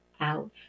out